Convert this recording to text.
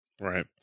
Right